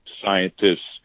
scientists